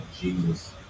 Jesus